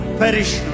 perish